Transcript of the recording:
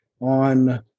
on